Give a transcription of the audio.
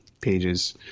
pages